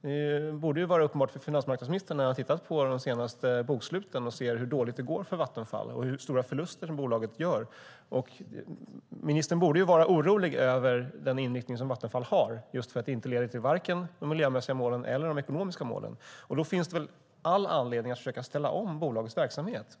Det borde vara uppenbart för finansmarknadsministern när han tittar på de senaste boksluten och ser hur dåligt det går för Vattenfall och hur stora förluster bolaget gör. Ministern borde vara orolig över den inriktning som Vattenfall har just för att den varken leder till de miljömässiga målen eller till de ekonomiska målen. Då finns det väl all anledning att försöka ställa om bolagets verksamhet.